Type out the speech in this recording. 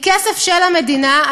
מכסף של המדינה,